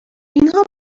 اینها